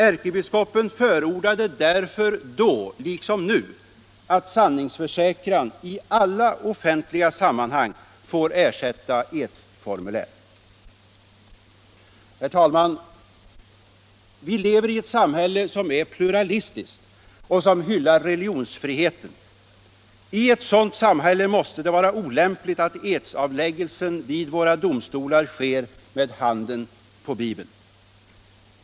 Ärkebiskopen förordade därför då, liksom nu, att sanningsförsäkran i alla offentliga sammanhang får ersätta edsformulär. Herr talman! Vi lever i ett samhälle som är pluralistiskt och som hyllar religionsfriheten. I ett sådant samhälle måste det vara olämpligt att edsavläggelsen vid våra domstolar sker med handen på Bibeln.